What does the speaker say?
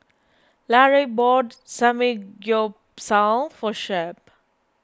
Larae bought Samgeyopsal for Shep